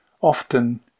often